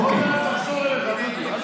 עוד מעט חוזרים אליך.